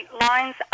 lines